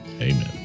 Amen